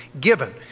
given